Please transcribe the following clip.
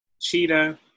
cheetah